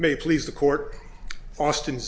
may please the court austin